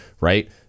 right